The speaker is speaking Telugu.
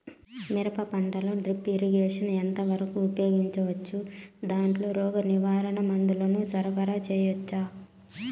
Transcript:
మిరప పంటలో డ్రిప్ ఇరిగేషన్ ఎంత వరకు ఉపయోగించవచ్చు, దాంట్లో రోగ నివారణ మందుల ను సరఫరా చేయవచ్చా?